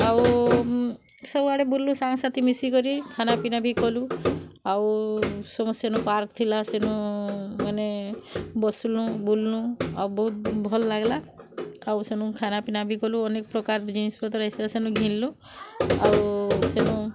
ଆଉ ସବୁଆଡ଼େ ବୁଲ୍ଲୁ ସାଙ୍ଗ୍ ସାଥି ମିଶିକରି ଖାନାପିନା ଭି କଲୁ ଆଉ ସବୁ ସେନୁ ପାର୍କ୍ ଥିଲା ସେନୁ ମାନେ ବସ୍ଲୁ ବୁଲ୍ଲୁ ଆଉ ବହୁତ୍ ଭଲ୍ ଲାଗ୍ଲା ଆଉ ସେନୁ ଖାନାପିନା ଭି କଲୁ ଅନେକ୍ ପ୍ରକାର୍ ଜିନିଷ୍ ପତ୍ର ଏସେ ସେନୁ ଘିନଲୁଁ ଆଉ ସେନୁ